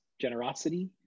generosity